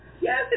yes